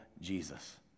Jesus